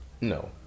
No